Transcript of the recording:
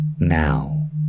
Now